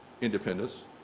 independence